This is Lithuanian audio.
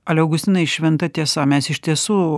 ale augustinai šventa tiesa mes iš tiesų